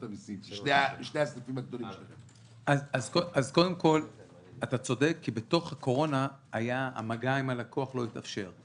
12:44) אז אתה צודק כי בתוך הקורונה המגע עם הלקוח לא התאפשר.